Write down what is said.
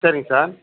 சரிங்க சார்